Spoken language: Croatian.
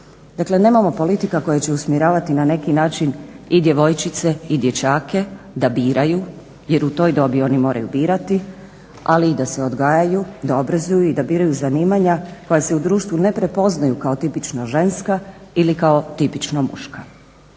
Dakle, nemamo politika koje će usmjeravati na neki način i djevojčice i dječake da biraju jer u toj dobi oni moraju birati, ali i da se odgajaju, da obrazuju i da biraju zanimanja koja se u društvu ne prepoznaju kao tipično ženska ili kao tipično muška.